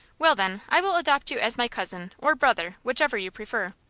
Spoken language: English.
well, then, i will adopt you as my cousin, or brother, whichever you prefer!